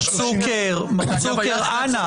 מר צוקר, מר צוקר, אנא.